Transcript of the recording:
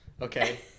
okay